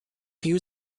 few